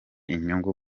inyungu